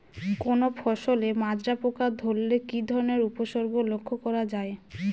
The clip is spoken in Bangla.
কোনো ফসলে মাজরা পোকা ধরলে কি ধরণের উপসর্গ লক্ষ্য করা যায়?